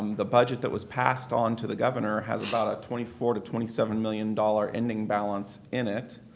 um the budget that was passed on to the governor has about a twenty four to o twenty seven million dollars ending balance in it.